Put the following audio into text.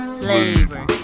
flavor